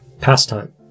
pastime